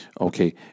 Okay